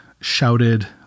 shouted